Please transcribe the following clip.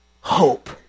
hope